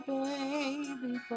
baby